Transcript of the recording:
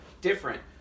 different